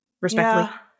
Respectfully